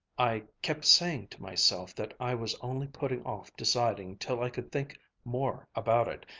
i kept saying to myself that i was only putting off deciding till i could think more about it,